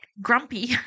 grumpy